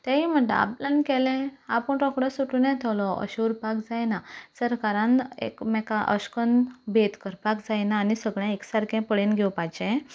तेवूय म्हणटात आपल्यान केलें आपूण रोकडो सुटून येतलो अशें उरपाक जायना सरकारान एकमेकाक अशें करून भेद करपाक जायना आनी सगळें एक सारकें पळोवन घेवपाचें